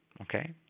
Okay